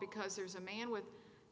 because there's a man with